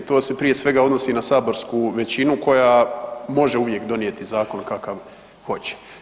To se prije svega odnosi na saborsku većinu koja može uvijek donijeti zakon kakav hoće.